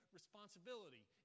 responsibility